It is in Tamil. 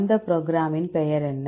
இந்த ப்ரோக்ராமின் பெயர் என்ன